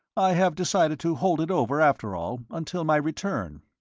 i have decided to hold it over, after all, until my return.